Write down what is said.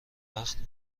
وقت